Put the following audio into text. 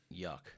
Yuck